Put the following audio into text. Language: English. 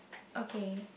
okay